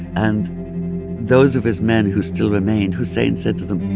and those of his men who still remained, hussain said to them,